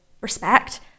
respect